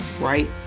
right